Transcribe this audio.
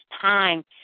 time